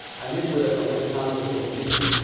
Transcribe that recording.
i met with a committee coming from egypt